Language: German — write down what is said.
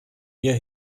mir